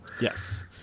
Yes